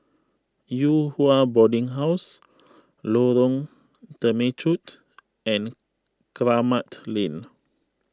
Yew Hua Boarding House Lorong Temechut and Kramat Lane